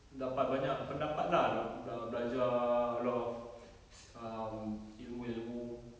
dapat banyak pendapat lah uh err belajar a lot of se~ um ilmu ilmu